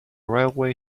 railway